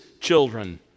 children